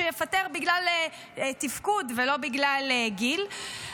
שיפטר בגלל תפקוד ולא בגלל גיל.